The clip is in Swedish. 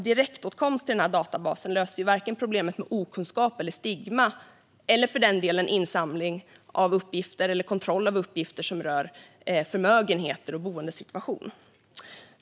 Direktåtkomst till databasen löser ju varken problemet med okunskap eller stigma och för den delen inte heller problemet med insamling eller kontroll av uppgifter som rör förmögenheter och boendesituation.